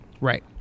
Right